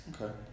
Okay